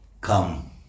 come